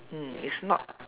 mm it's not